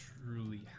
truly